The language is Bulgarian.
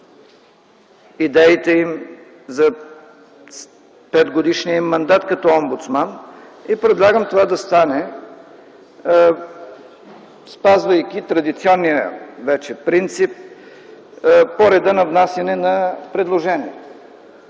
идеите им за 5-годишния им мандат като омбудсман. Предлагам това да стане, спазвайки традиционния вече принцип – по реда на внасяне на предложенията.